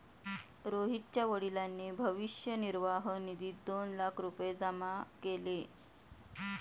रोहितच्या वडिलांनी भविष्य निर्वाह निधीत दोन लाख रुपये जमा केले